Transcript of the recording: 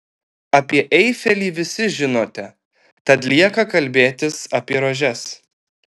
apie eifelį visi žinote tad lieka kalbėtis apie rožes